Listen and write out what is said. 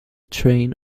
train